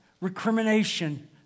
recrimination